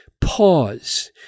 pause